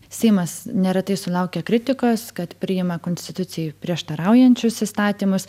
seimas neretai sulaukia kritikos kad priima konstitucijai prieštaraujančius įstatymus